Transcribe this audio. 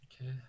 Okay